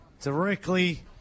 Directly